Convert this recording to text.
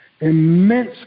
immense